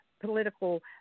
political